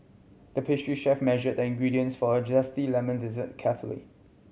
the pastry chef measured the ingredients for a zesty lemon dessert carefully